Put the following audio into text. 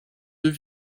deux